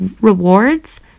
rewards